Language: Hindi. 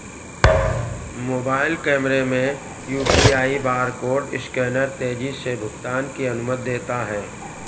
मोबाइल कैमरे में यू.पी.आई बारकोड स्कैनर तेजी से भुगतान की अनुमति देता है